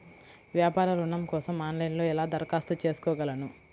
వ్యాపార ఋణం కోసం ఆన్లైన్లో ఎలా దరఖాస్తు చేసుకోగలను?